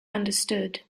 understood